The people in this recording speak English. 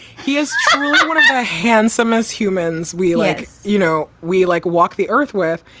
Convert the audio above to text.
he is a handsome as humans. we like, you know, we like walk the earth with.